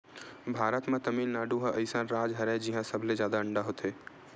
भारत म तमिलनाडु ह अइसन राज हरय जिंहा सबले जादा अंडा होथे